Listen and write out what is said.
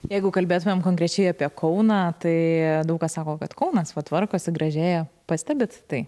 jeigu kalbėtumėm konkrečiai apie kauną tai daug kas sako kad kaunas tvarkosi gražėja pastebit tai